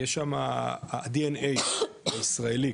ה-DNA הישראלי,